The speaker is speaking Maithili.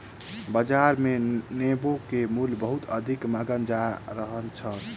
बाजार मे नेबो के मूल्य बहुत अधिक मांगल जा रहल छल